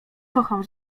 kocham